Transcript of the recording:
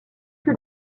que